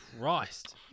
Christ